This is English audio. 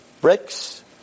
bricks